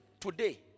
Today